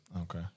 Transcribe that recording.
Okay